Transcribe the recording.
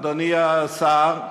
אדוני השר,